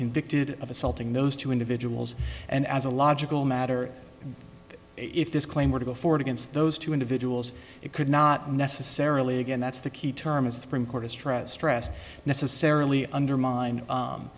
convicted of assaulting those two individuals and as a logical matter if this claim were to go forward against those two individuals it could not necessarily again that's the key term a supreme court to stress stress necessarily undermine